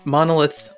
Monolith